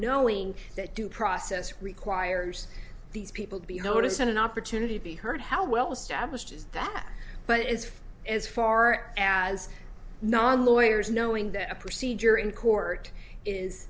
knowing that due process requires these people to be noticed in an opportunity to be heard how well established is that but is as far as non lawyers knowing that a procedure in court is